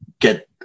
get